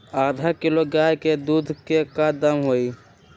आधा किलो गाय के दूध के का दाम होई?